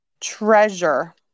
treasure